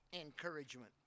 encouragement